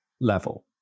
level